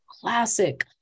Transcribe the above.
classic